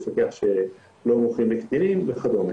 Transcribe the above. לפקח שלא מוכרים לקטינים וכדומה.